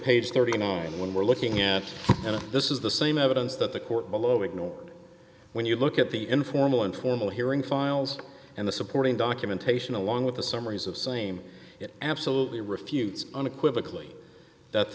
page thirty nine dollars when we're looking at and this is the same evidence that the court below ignored when you look at the informal and formal hearing files and the supporting documentation along with the summaries of same absolutely refutes unequivocally that